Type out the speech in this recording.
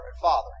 father